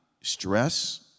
stress